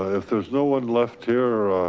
ah if there's no one left here.